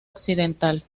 occidental